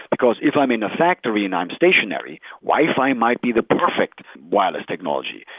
because if i'm in a factory and i'm stationary, wi-fi might be the perfect wireless technology.